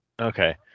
Okay